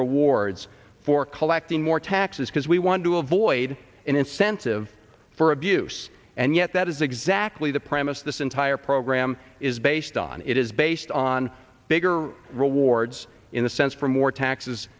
rewards for collecting more taxes because we want to avoid an incentive for abuse and yet that is exactly the premise this entire program is based on it is based on bigger rewards in the sense from more taxes